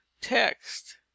text